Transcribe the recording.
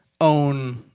own